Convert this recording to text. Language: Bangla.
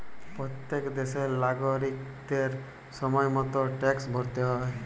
প্যত্তেক দ্যাশের লাগরিকদের সময় মত ট্যাক্সট ভ্যরতে হ্যয়